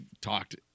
talked